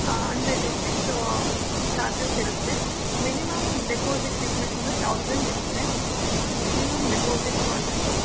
hundred rupees charges ಇರುತ್ತೆ minimum deposit ಇಡಬೇಕು ಅಂದರೆ ಥೌಸಂಡ್ ಇರುತ್ತೆ ಮಿನಿಮಮ್ ಡೆಪಾಸಿಟ್ ಮಾಡಬೇಕು